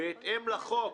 בהתאם לחוק.